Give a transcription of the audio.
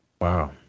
Wow